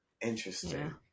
Interesting